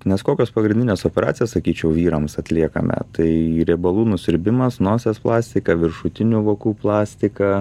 nes kokias pagrindines operacijas sakyčiau vyrams atliekame tai riebalų nusiurbimas nosies plastika viršutinių vokų plastika